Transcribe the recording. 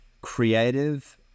creative